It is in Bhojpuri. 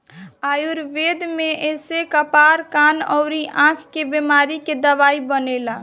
आयुर्वेद में एसे कपार, कान अउरी आंख के बेमारी के दवाई बनेला